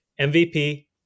mvp